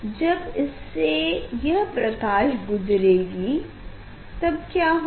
जब इससे यह प्रकाश गुजरेगा क्या होगा